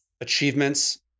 achievements